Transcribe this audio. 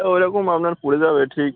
তা ওই রকম আপনার পড়ে যাবে ঠিক